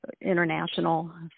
International